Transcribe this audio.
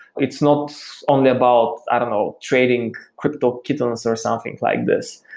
it's not only about, i don't know, trading cryptokittens or something like this.